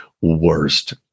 worst